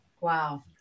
Wow